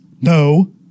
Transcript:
No